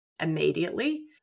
immediately